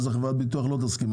חברת הביטוח לא תסכים.